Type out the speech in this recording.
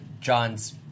John's